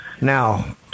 Now